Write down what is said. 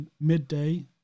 midday